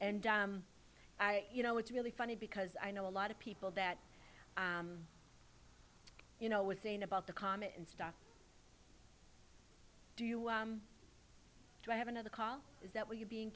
and i you know it's really funny because i know a lot of people that you know was saying about the comet and stuff do you do i have another call is that where you're being